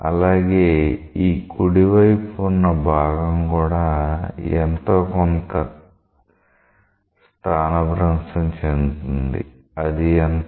అలాగే ఈ కుడివైపు ఉన్న భాగం కూడా ఎంతో కొంత స్థానభ్రంశం చెందుతుంది అది ఎంత